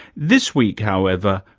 this week, however,